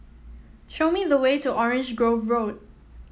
show me the way to Orange Grove Road